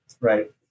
right